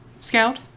Scout